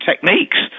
techniques